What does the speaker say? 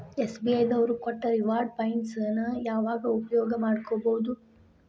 SBI ದವ್ರು ಕೊಟ್ಟ reward points ನ ಯಾವಾಗ ಉಪಯೋಗ ಮಾಡ್ಕೋಬಹುದು?